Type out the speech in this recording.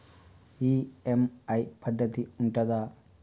EMI పద్ధతి ఉంటదా?